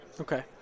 Okay